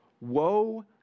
woe